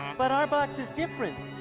but our box is different.